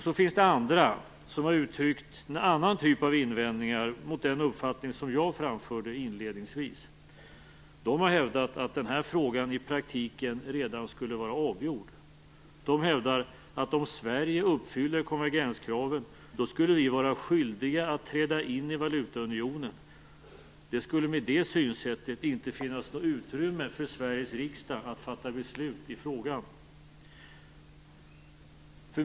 Så finns det andra som har uttryckt en annan typ av invändningar mot den uppfattning som jag framförde inledningsvis. De har hävdat att den här frågan i praktiken redan skulle vara avgjord. De hävdar att om Sverige uppfyller konvergenskraven skulle vi vara skyldiga att träda in i valutaunionen. Det skulle med det synsättet inte finnas utrymme för Sveriges riksdag att fatta beslut i frågan.